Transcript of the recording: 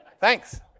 Thanks